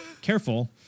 careful